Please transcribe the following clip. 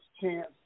chance